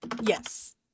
Yes